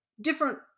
different